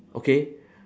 okay